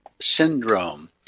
syndrome